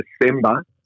December